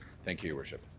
thank you, your worship.